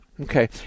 Okay